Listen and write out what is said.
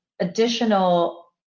additional